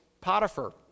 Potiphar